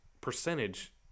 percentage